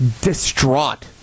distraught